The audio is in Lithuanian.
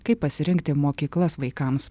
kaip pasirinkti mokyklas vaikams